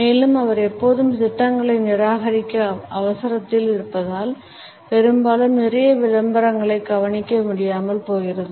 மேலும் அவர் எப்போதும் திட்டங்களை நிராகரிக்க அவசரத்தில் இருப்பதால் பெரும்பாலும் நிறைய விபரங்களை கவனிக்க முடியாமல் போகிறது